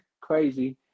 crazy